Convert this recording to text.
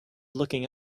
looking